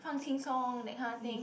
放轻松：fang qing song that kind of thing